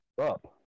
up